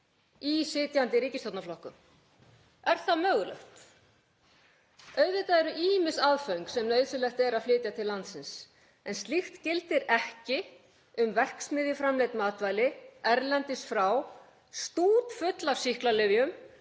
í sitjandi ríkisstjórnarflokkum? Er það mögulegt? Auðvitað eru ýmis aðföng sem nauðsynlegt er að flytja til landsins en slíkt gildir ekki um verksmiðjuframleidd matvæli erlendis frá, stútfull af sýklalyfjum,